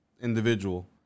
individual